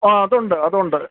ആ അതുണ്ട് അതുണ്ട്